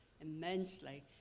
immensely